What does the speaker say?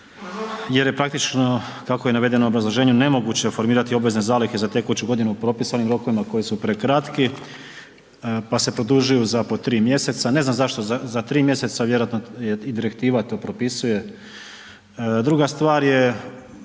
jer je praktično kako je navedeno u obrazloženju nemoguće formirati obavezne zalihe za tekuću godinu u propisanim rokovima koji su prekratki, pa se produžuju za po 3 mjeseca, ne znam zašto za 3 mjeseca vjerojatno je i Direktiva to propisuje. Druga stvar je